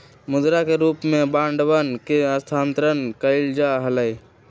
मुद्रा के रूप में बांडवन के स्थानांतरण कइल जा हलय